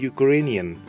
Ukrainian